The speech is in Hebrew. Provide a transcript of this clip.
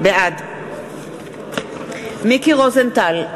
בעד מיקי רוזנטל,